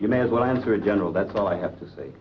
you may as well answer a general that's all i have to say